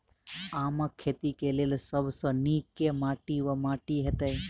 आमक खेती केँ लेल सब सऽ नीक केँ माटि वा माटि हेतै?